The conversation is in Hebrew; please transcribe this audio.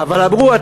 אבל אמרו,